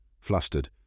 Flustered